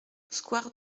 square